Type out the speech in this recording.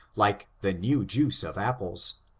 like the new juice of apples,